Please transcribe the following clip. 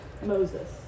Moses